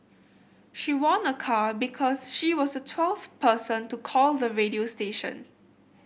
she won a car because she was the twelfth person to call the radio station